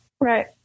Right